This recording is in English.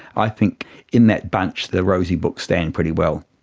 i think in that bunch the rosie books stand pretty well.